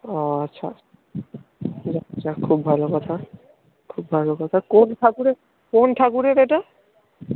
ও আচ্ছা আচ্ছা খুব ভালো কথা খুব ভালো কথা কোন ঠাকুরের কোন ঠাকুরের এটা